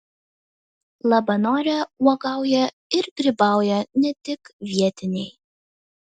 labanore uogauja ir grybauja ne tik vietiniai